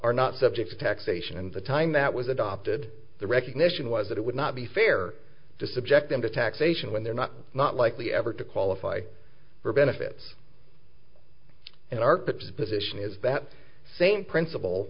are not subject to taxation and the time that was adopted the recognition was that it would not be fair to subject them to taxation when they're not not likely ever to qualify for benefits and our position is that same principle